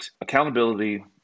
accountability